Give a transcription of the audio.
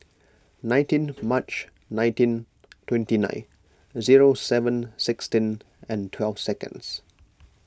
nineteen March nineteen twenty nine zero seven sixteen and twelve second